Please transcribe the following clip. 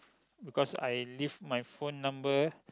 because I leave my phone number